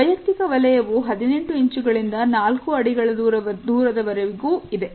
ವೈಯಕ್ತಿಕ ವಲಯವು 18 ಇಂಚು ಗಳಿಂದ ನಾಲ್ಕು ಅಡಿಗಳ ದೂರದವರೆಗೂ ಇದೆ